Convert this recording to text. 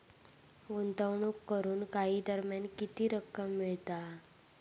गुंतवणूक करून काही दरम्यान किती रक्कम मिळता?